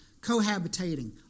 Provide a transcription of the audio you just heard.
cohabitating